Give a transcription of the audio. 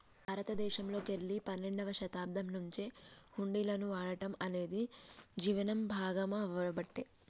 మన దేశంలోకెల్లి పన్నెండవ శతాబ్దం నుంచే హుండీలను వాడటం అనేది జీవనం భాగామవ్వబట్టే